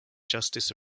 justice